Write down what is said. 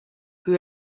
who